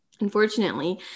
unfortunately